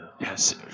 Yes